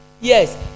yes